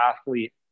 athlete